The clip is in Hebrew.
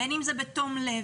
בין אם זה בתום לב,